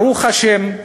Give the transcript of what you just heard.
ברוך השם,